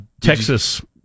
Texas